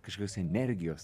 kažkokios energijos